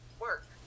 work